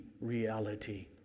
reality